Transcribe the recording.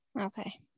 Okay